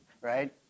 right